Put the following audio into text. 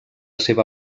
seva